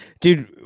dude